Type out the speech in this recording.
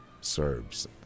Serbs